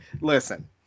listen